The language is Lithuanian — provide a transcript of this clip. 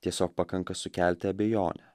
tiesiog pakanka sukelti abejonę